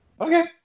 Okay